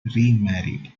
remarried